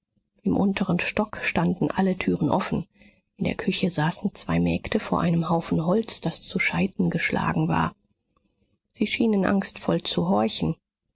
im unteren stock standen alle türen offen in der küche saßen zwei mägde vor einem haufen holz das zu scheiten geschlagen war sie schienen angstvoll zu horchen